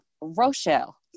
Rochelle